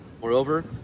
moreover